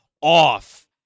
off